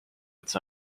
its